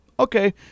okay